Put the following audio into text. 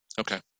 okay